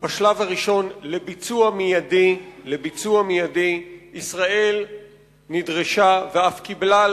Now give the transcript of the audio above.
בשלב הראשון לביצוע מיידי ישראל נדרשה ואף קיבלה על